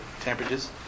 temperatures